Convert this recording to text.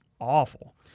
awful